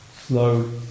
slow